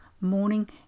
morning